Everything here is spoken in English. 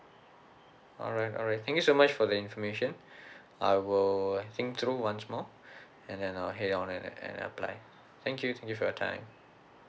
alright alright thank you so much for the information I will think through once more and then I'll head down and and apply thank you thank you for your time